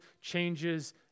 changes